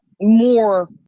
more